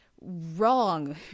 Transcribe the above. wrong